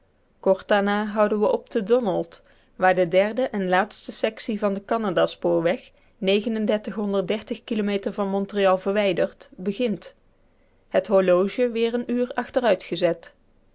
kort daarna houden we op te donald waar de derde en laatste sectie van den canada spoorweg kilometer van montreal verwijderd begint het horloge weer een uur achteruit